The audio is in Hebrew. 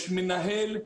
יש מנהל,